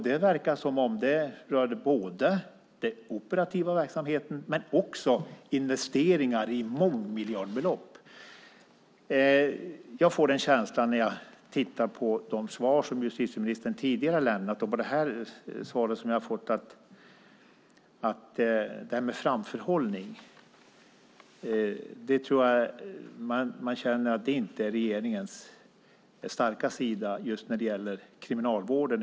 Det verkar som om det rör både den operativa verksamheten och också investeringar i mångmiljardbelopp. Av de svar som justitieministern tidigare har lämnat och av det svar som jag har fått nu får jag en känsla av att detta med framförhållning inte är regeringens starka sida när det gäller kriminalvården.